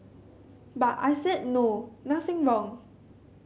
but I said no nothing wrong